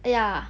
!aiya!